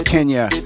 Kenya